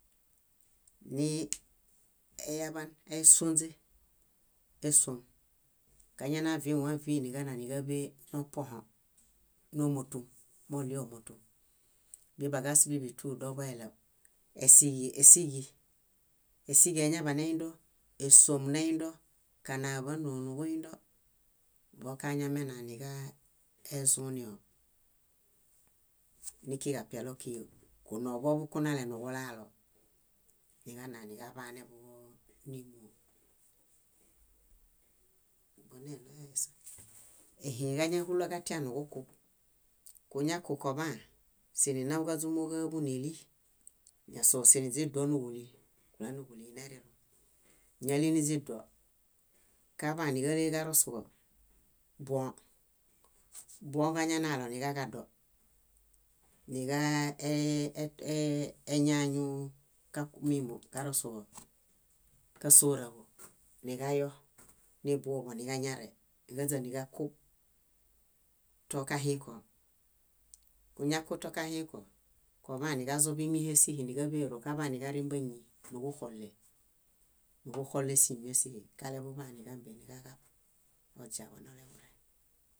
nii eyaḃan, ésuonźe, ésuom. Kañana víwãvi niġananiġaḃe nopuõho, nómotu, moɭie ómotu, bíḃitu doboeɭew, esiġi esiġi. Esiġi eñaḃaneindo, ésuom neindo, kanaa-ḃánoo nuġuindo, vokañamena niġaaezunio nikiġapialo kiyo, kunoḃuġoḃukunale nuġulalo, niġananiġaḃaneḃuġo nímo. Boneɭoyaesa ehĩġañahuloġatia nuġukub. Kuñakukoḃaan sininaw káźumuġaḃunili, ñásoo niźiduo níġuli kúlanuġuli nerirõ. Kúñali niźiduo, kaḃaa níġaleġarosuġo, buõ, buõġañanaloniġaġado, niġañañu ka- mímo karosuġo, kásooraġo, niġayo nibuḃõ niġañare, niġaźaniġakub toġahĩko. Kuñakub tokahĩko koḃaniġazoḃimiehe síhiniġaḃero káḃaniġarimbañi níġuxole, níġuxolesimiesihi kaleḃuḃaan niġambeniġaġab kuźiaġo nuġureŋ.